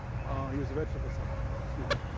he was a vegetable seller, excuse me,